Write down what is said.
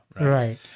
Right